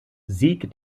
sieg